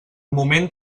moment